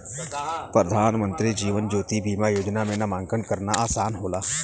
प्रधानमंत्री जीवन ज्योति बीमा योजना में नामांकन करना आसान होला